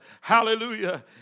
hallelujah